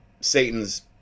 Satan's